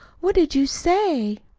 what did you say?